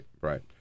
right